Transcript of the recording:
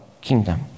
kingdom